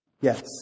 Yes